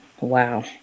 Wow